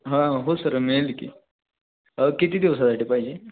हां हो सर मिळेल की किती दिवसांसाठी पाहिजे